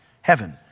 heaven